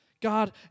God